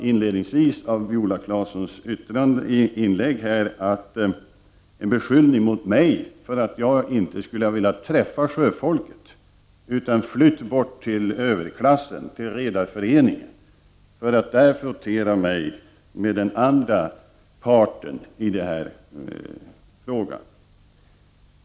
Inledningsvis i Viola Claessons inlägg hörde jag en beskyllning mot mig för att jag inte skulle ha velat träffa sjöfolket utan flytt bort till överklassen, Redareföreningen, för att där frottera mig med den andra parten i den här frågan.